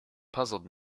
puzzled